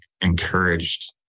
encouraged